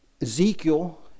Ezekiel